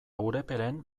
urepelen